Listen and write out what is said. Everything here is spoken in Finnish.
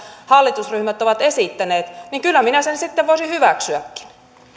hallitusryhmät ovat esittäneet niin kyllä minä sen sitten voisin hyväksyäkin